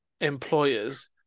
employers